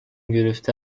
گرفته